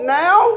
now